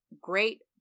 great